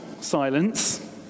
silence